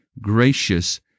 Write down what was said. gracious